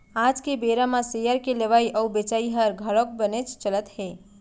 आज के बेरा म सेयर के लेवई अउ बेचई हर घलौक बनेच चलत हे